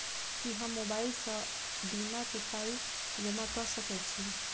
की हम मोबाइल सअ बीमा केँ पाई जमा कऽ सकैत छी?